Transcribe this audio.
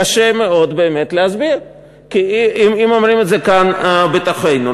קשה מאוד באמת להסביר אם אומרים את זה כאן בתוכנו.